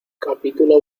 capítulo